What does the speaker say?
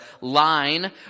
line